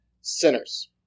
sinners